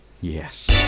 Yes